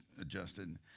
adjusted